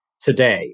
today